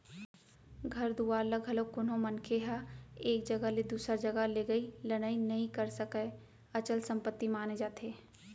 घर दुवार ल घलोक कोनो मनखे ह एक जघा ले दूसर जघा लेगई लनई नइ करे सकय, अचल संपत्ति माने जाथे